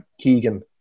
Keegan